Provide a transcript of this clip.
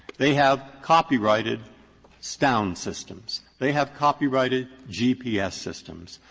they have copyrighted sound systems. they have copyrighted gps systems.